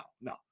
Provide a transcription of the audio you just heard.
no